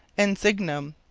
en signum!